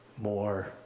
more